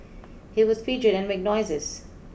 he would fidget and make noises